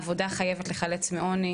עבודה חייבת לחלץ מעוני.